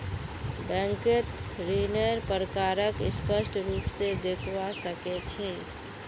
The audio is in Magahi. बैंकत ऋन्नेर प्रकारक स्पष्ट रूप से देखवा सके छी